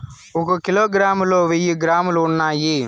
ఒక కిలోగ్రామ్ లో వెయ్యి గ్రాములు ఉన్నాయి